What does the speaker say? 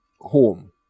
home